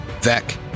Vec